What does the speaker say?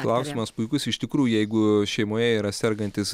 klausimas puikus iš tikrųjų jeigu šeimoje yra sergantis